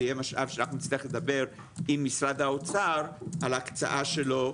זה יהיה משאב שאנחנו נצטרך לדבר עם משרד האוצר על הקצאה שלו.